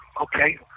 okay